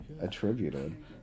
Attributed